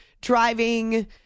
driving